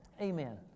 Amen